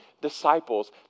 disciples